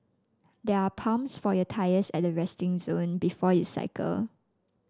there are pumps for your tyres at the resting zone before you cycle